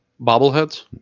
Bobbleheads